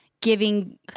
giving